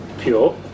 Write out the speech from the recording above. pure